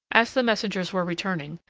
as the messengers were returning,